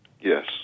Yes